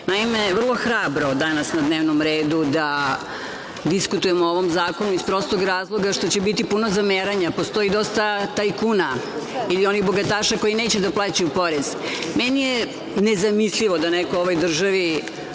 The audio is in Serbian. porezu. Naime, vrlo je hrabro danas na dnevnom redu da diskutujemo o ovom zakonu, iz prostog razloga što će biti puno zameranja, postoji dosta tajkuna ili onih bogataša koji neće da plaćaju porez. Meni je nezamislivo da neko u ovoj državi,